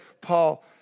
Paul